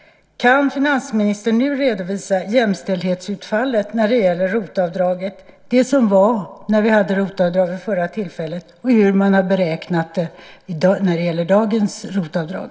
Kan finansministern nu redovisa jämställdhetsutfallet när det gäller ROT-avdraget - det som var vid förra tillfället och hur man har beräknat det när det gäller dagens ROT-avdrag?